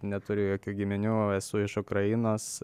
neturiu jokių giminių esu iš ukrainos